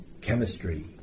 chemistry